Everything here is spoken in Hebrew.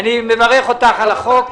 אני מברך אותך על החוק.